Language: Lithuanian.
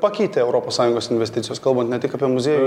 pakeitė europos sąjungos investicijos kalbant ne tik apie muziejų